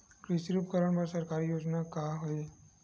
कृषि उपकरण बर सरकारी योजना का का हे?